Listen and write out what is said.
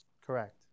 Correct